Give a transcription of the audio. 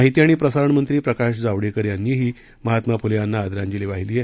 माहिती आणि प्रसारण मंत्री प्रकाश जावडेकर यांनीही महात्मा फुले यांनी आदरांजली वाहिली आहे